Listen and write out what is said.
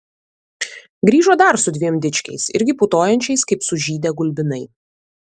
grįžo dar su dviem dičkiais irgi putojančiais kaip sužydę gulbinai